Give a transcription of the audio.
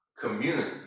community